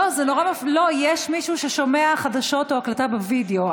לא, יש מישהו ששומע חדשות או הקלטה בווידיאו.